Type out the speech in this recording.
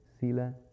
sila